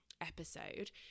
episode